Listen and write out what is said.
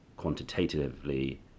quantitatively